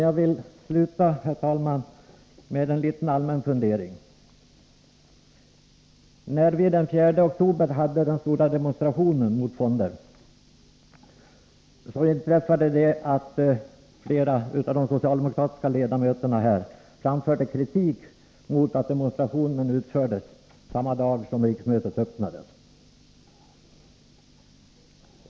Jag vill sluta, herr talman, med en liten allmän fundering. När vi den 4 oktober hade den stora demonstrationen mot fonder, framförde flera av de socialdemokratiska ledamöterna kritik mot att demonstrationen ägde rum samma dag som riksmötet öppnades.